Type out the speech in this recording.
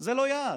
זה לא יעד.